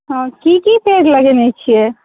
हँ की की पेड़ लगेने छियै